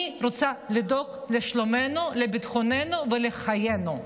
אני רוצה לדאוג לשלומנו, לביטחוננו ולחיינו,